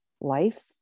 life